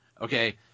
Okay